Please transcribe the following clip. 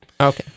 Okay